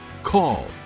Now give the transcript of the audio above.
call